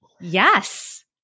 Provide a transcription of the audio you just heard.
Yes